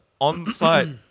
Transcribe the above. on-site